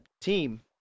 team